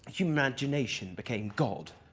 imagination became god.